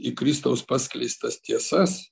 į kristaus paskleistas tiesas